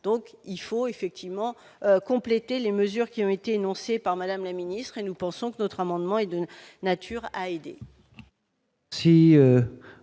Donc il faut effectivement, compléter les mesures qui ont été énoncés par Madame la ministre, nous pensons que notre amendement est de nature à aider.